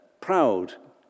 proud